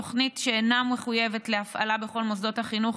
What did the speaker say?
תוכנית שאינה מחויבת להפעלה בכל מוסדות החינוך,